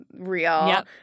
real